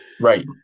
right